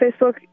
Facebook